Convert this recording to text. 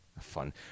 fun